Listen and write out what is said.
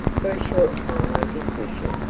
for a short time i did wish it.